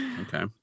Okay